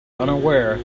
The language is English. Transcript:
unaware